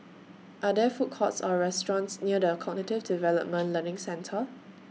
Are There Food Courts Or restaurants near The Cognitive Development Learning Centre